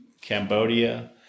Cambodia